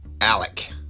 ALEC